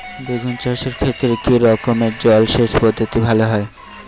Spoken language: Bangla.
বেগুন চাষের ক্ষেত্রে কি রকমের জলসেচ পদ্ধতি ভালো হয়?